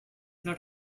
not